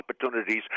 opportunities